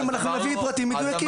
אם נביא פרטים מדויקים.